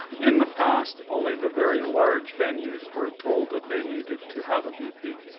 in the past only the very large venues were told that they needed to have a d p.